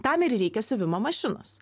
tam ir reikia siuvimo mašinos